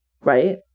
Right